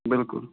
بِلکُل